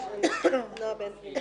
לכולם.